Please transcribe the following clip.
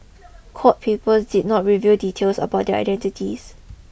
court papers did not reveal details about their identities